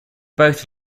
both